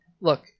Look